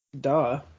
Duh